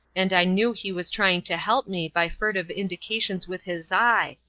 and i knew he was trying to help me by furtive indications with his eye,